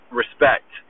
respect